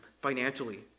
financially